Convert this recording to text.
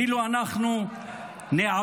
ואילו אנחנו נעבד,